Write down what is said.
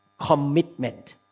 commitment